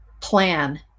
plan